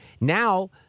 now